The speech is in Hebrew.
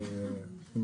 בועז,